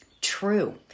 true